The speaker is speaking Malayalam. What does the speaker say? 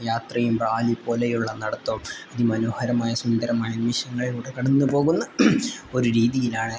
യാത്രയും റാലി പോലെയുള്ള നടത്തവും അതിമനോഹരമായ സുന്ദരമായ നിമിഷങ്ങളിലൂടെ കടന്ന് പോകുന്ന ഒരു രീതിയിലാണ്